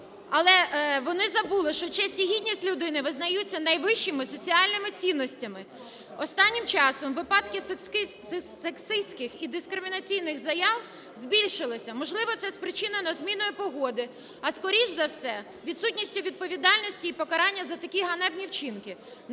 але вони забули, що честь і гідність людини визнаються найвищими соціальними цінностями. Останнім часом випадки сексистських і дискримінаційних заяв збільшилося, можливо це спричинено зміною погоди, а скоріш за все відсутністю відповідальності і покарання за такі ганебні вчинки.